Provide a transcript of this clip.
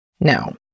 Now